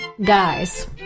guys